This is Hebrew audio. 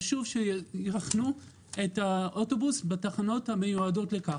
חשוב שיחנו את האוטובוס בתחנות המיועדות לכך.